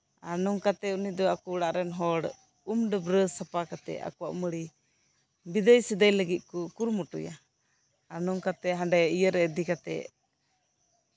ᱟᱨ ᱱᱚᱝᱠᱟᱛᱮ ᱩᱱᱤ ᱫᱚ ᱟᱠᱚ ᱚᱲᱟᱜ ᱨᱮᱱ ᱩᱢ ᱰᱟᱹᱵᱨᱟᱹ ᱥᱟᱯᱟ ᱠᱟᱛᱮ ᱟᱠᱚᱣᱟᱜ ᱢᱟᱹᱲᱤ ᱵᱤᱫᱟᱹᱭ ᱥᱤᱫᱟᱹᱭ ᱞᱟᱹᱜᱤᱫ ᱠᱚ ᱠᱩᱨᱩᱢᱩᱴᱩᱭᱟ ᱟᱨ ᱱᱚᱝᱠᱟᱛᱮ ᱦᱟᱸᱰᱮ ᱤᱭᱟᱹᱨᱮ ᱤᱫᱤ ᱠᱟᱛᱮ